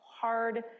hard